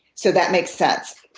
so that makes sense.